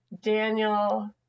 Daniel